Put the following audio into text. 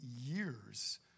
years